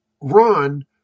run